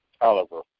Oliver